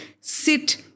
sit